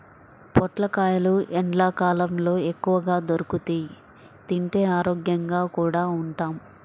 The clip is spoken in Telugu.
పొట్లకాయలు ఎండ్లకాలంలో ఎక్కువగా దొరుకుతియ్, తింటే ఆరోగ్యంగా కూడా ఉంటాం